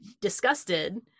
disgusted